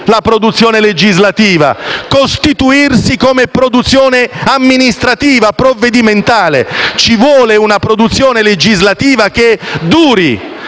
la produzione legislativa: costituirsi come produzione amministrativa, provvedimentale. Ci vuole una produzione legislativa che duri,